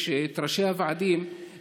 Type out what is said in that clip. יש את ראשי הוועדים,